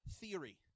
theory